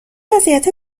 اذیت